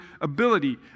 ability